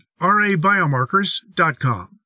rabiomarkers.com